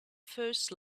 first